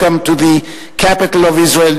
Welcome to the capital of Israel,